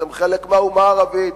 אתם חלק מהאומה הערבית,